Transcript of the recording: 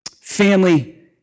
Family